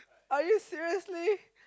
are you seriously